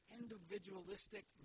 individualistic